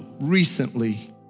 recently